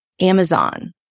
Amazon